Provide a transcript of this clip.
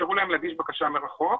אפשרו להם להגיש בקשה מרחוק.